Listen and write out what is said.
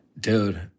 Dude